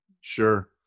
Sure